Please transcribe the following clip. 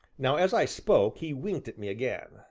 now, as i spoke, he winked at me again.